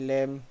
Lem